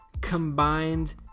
combined